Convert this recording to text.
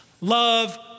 Love